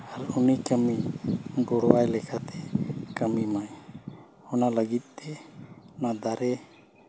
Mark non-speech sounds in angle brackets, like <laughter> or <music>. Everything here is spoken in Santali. <unintelligible> ᱜᱚᱲᱚᱣᱟᱭ ᱞᱮᱠᱟᱛᱮ ᱠᱟᱹᱢᱤ ᱢᱟᱭ ᱚᱱᱟ ᱞᱟᱹᱜᱤᱫᱛᱮ ᱚᱱᱟ ᱫᱟᱨᱮ